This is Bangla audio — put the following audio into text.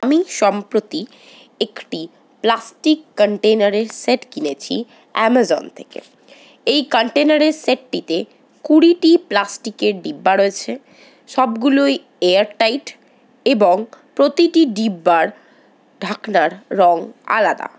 আমি সম্প্রতি একটি প্লাস্টিক কানটেইনারের সেট কিনেছি অ্যামাজন থেকে এই কানটেইনারের সেটটিতে কুড়িটি প্লাস্টিকের ডিব্বা রয়েছে সবগুলোই এয়ার টাইট এবং প্রতিটি ডিব্বার ঢাকনার রং আলাদা